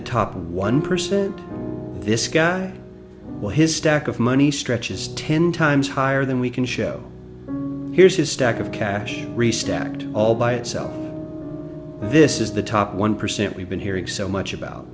the top one percent this guy while his stack of money stretch is ten times higher than we can show here's his stack of cash restacked all by itself this is the top one percent we've been hearing so much about